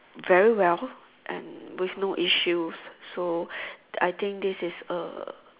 very well and with no issues so I think this is a